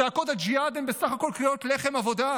שצעקות הג'יהאד הן בסך הכול קריאות "לחם עבודה".